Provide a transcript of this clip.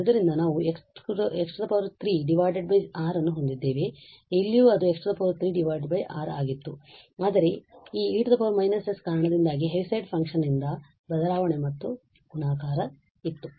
ಆದ್ದರಿಂದ ನಾವು x 36 ಅನ್ನು ಹೊಂದಿದ್ದೇವೆ ಇಲ್ಲಿಯೂ ಅದು x3 6 ಆಗಿತ್ತು ಆದರೆ ಈ e −s ಕಾರಣದಿಂದಾಗಿ ಹೆವಿಸೈಡ್ ಫಂಕ್ಷನ್ ನಿಂದ ಬದಲಾವಣೆ ಮತ್ತು ಗುಣಾಕಾರವಿತ್ತು